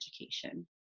education